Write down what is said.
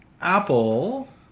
apple